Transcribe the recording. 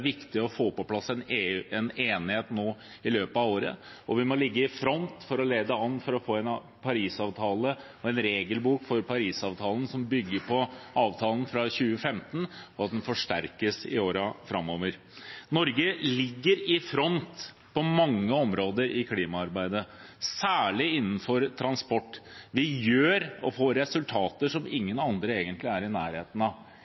viktig å få på plass en enighet nå i løpet av året, og vi må ligge i front for å lede an for å få en regelbok for Parisavtalen som bygger på avtalen fra 2015, og at den forsterkes i årene framover. Norge ligger i front på mange områder i klimaarbeidet, særlig innenfor transport. Vi gjør ting og får resultater som ingen andre egentlig er i nærheten av.